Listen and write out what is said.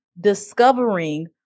discovering